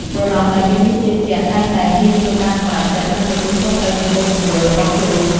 បុរសដែលមានភាពជឿជាក់តែងតែហ៊ានធ្វើការសម្រេចចិត្ត និងទទួលខុសត្រូវចំពោះទង្វើរបស់ខ្លួន។